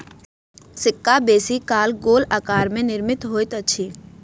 सिक्का बेसी काल गोल आकार में निर्मित होइत अछि